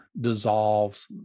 dissolves